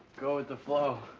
go with the flow.